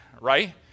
right